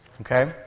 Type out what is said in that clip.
Okay